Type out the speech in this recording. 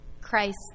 Christ